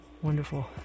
Wonderful